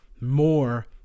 more